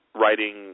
writing